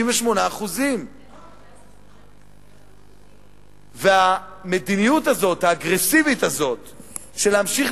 58%. והמדיניות האגרסיבית הזאת של להמשיך